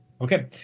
Okay